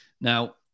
Now